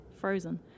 frozen